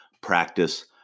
practice